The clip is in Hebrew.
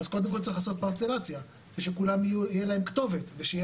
אז קודם כל צריך לעשות פרצלציה ושכולם יהיה להם כתובת ושיהיה